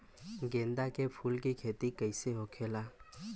गेंदा के फूल की खेती कैसे होखेला?